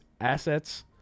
assets